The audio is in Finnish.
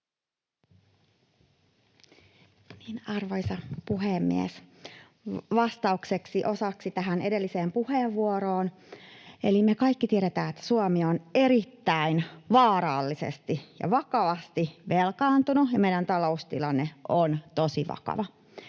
Arvoisa puhemies! Osaksi vastaukseksi tähän edelliseen puheenvuoroon: Me kaikki tiedetään, että Suomi on erittäin vaarallisesti ja vakavasti velkaantunut ja meidän taloustilanne on tosi vakava.